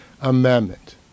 Amendment